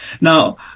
Now